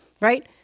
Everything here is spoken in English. right